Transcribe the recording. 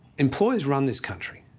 employers run this country.